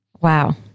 Wow